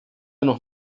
noch